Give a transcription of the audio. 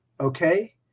okay